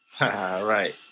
right